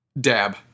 Dab